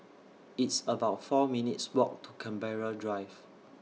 It's about four minutes' Walk to Canberra Drive